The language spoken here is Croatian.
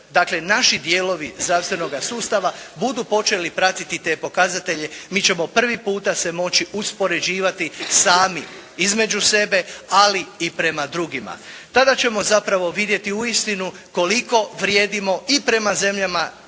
dakle naši dijelovi zdravstvenoga sustava budu počeli pratiti te pokazatelje mi ćemo prvi puta se moći uspoređivati sami između sebe, ali i prema drugima. Tada ćemo zapravo vidjeti uistinu koliko vrijedimo i prema zemljama